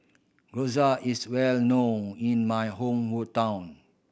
gyoza is well known in my home